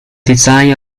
design